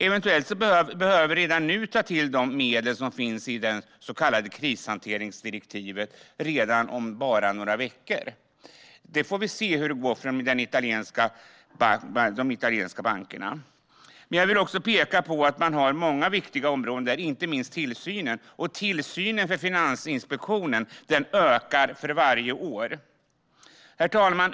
Eventuellt behöver vi redan om bara några veckor ta till de medel som finns i det så kallade krishanteringsdirektivet. Vi får se hur det går för de italienska bankerna. Herr talman!